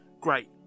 great